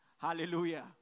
Hallelujah